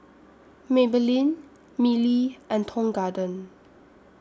Maybelline Mili and Tong Garden